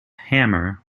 hammer